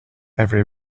every